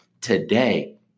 Today